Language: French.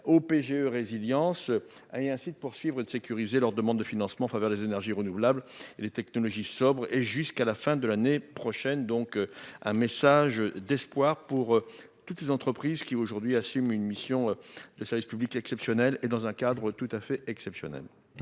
au PGE résilience. Ah et ainsi de poursuivre et de sécuriser leur demandes de financements en faveur des énergies renouvelables et les technologies sobres et jusqu'à la fin de l'année prochaine donc un message d'espoir pour toutes les entreprises qui aujourd'hui assume une mission de service public exceptionnel et dans un cadre tout à fait. Merci qui.